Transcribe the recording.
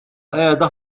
qiegħda